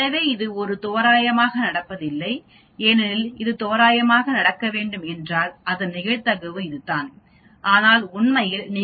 எனவே இது ஒரு தோராயமாக நடப்பதில்லை ஏனெனில் அது தோராயமாக நடக்க வேண்டும் என்றால் அதன் நிகழ்தகவு இதுதான் ஆனால் உண்மையில் நீங்கள் கிட்டத்தட்ட 5